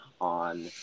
on